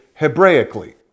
Hebraically